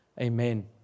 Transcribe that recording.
Amen